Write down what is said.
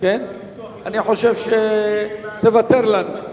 אני חושב שתוותר לנו.